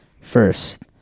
first